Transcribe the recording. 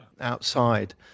outside